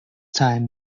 time